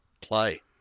play